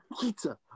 pizza